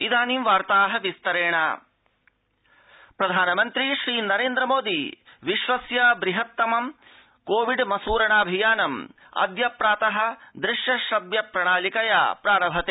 इदानीं वार्ता विस्तरणि प्रधानमन्त्री कोविडमसूरणाम् प्रधानमन्त्री श्रीनरेन्द्र मोदी विश्वस्य बृहत्तमं कोविड मस्रणाऽभियानम् अद्य प्रातः दृश्य श्रव्य प्रणाल्या प्रारभते